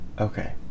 okay